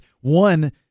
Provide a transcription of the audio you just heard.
One